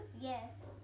Yes